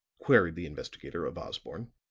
queried the investigator of osborne.